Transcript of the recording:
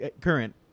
current